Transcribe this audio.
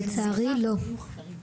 א': לצערי, לא.